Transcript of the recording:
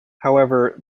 however